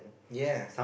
yea